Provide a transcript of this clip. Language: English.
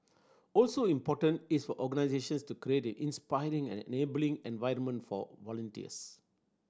also important is for organisations to create inspiring and enabling environment for volunteers